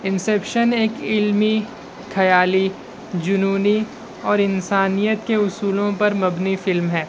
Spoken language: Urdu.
انسپشن ایک علمی خیالی جنونی اور انسانیت کے اصولوں پر مبنی فلم ہے